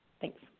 Thanks